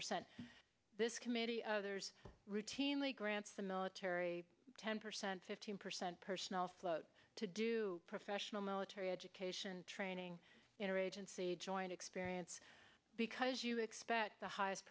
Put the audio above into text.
percent of this committee there's routinely grants the military ten percent fifteen percent personnel float to do professional military education training interagency joint experience because you expect the highest